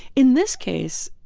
in this case,